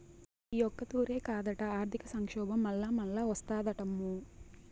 ఈ ఒక్కతూరే కాదట, ఆర్థిక సంక్షోబం మల్లామల్లా ఓస్తాదటమ్మో